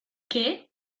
qué